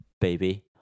Baby